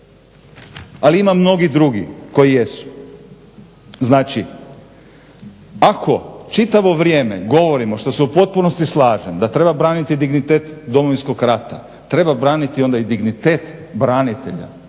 ali ima mnogih drugih koji jesu. Znači, ako čitavo vrijeme govorimo što se u potpunosti slažem da treba braniti dignitet Domovinskog rata, treba braniti onda i dignitet branitelja.